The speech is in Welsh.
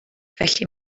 felly